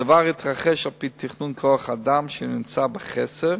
הדבר התרחש על-פי תכנון כוח-האדם, שנמצא בחסר,